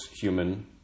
human